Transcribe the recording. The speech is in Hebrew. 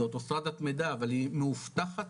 זה אוטוסטרדת מידע, אבל היא מאובטחת